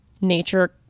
nature